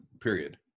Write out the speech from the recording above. Period